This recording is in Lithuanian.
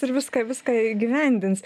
ir viską viską įgyvendins